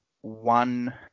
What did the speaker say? one